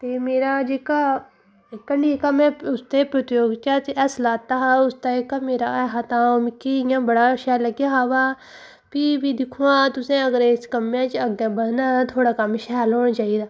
ते मेरा जेह्का इक हांडियां में उसदे प्रतियोगिता च हैस्सा लैता हा उसदा जेह्का मेरा ऐ हा ते मिगी इ'यां बड़ा अच्छा लगेआ हा ब फ्ही बी दिक्खो हां तुसें अगर इस कम्मै च अग्गैं बधना ऐ थुआढ़ा कम्म शैल होना चाहिदा